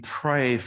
pray